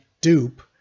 dupe